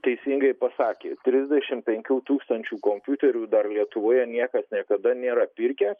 teisingai pasakė trisdešimt penkių tūkstančių kompiuterių dar lietuvoje niekas niekada nėra pirkęs